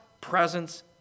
presence